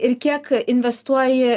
ir kiek investuoji